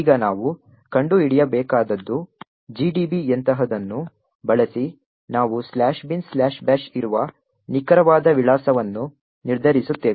ಈಗ ನಾವು ಕಂಡುಹಿಡಿಯಬೇಕಾದದ್ದು GDBಯಂತಹದನ್ನು ಬಳಸಿ ನಾವು "binbash" ಇರುವ ನಿಖರವಾದ ವಿಳಾಸವನ್ನು ನಿರ್ಧರಿಸುತ್ತೇವೆ